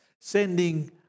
sending